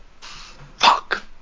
Fuck